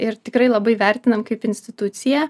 ir tikrai labai vertinam kaip instituciją